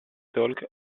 talk